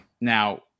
Now